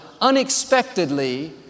unexpectedly